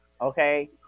okay